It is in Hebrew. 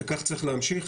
וכך צריך להמשיך.